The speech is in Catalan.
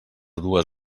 dues